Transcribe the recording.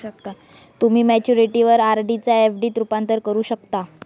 तुम्ही मॅच्युरिटीवर आर.डी चा एफ.डी त रूपांतर करू शकता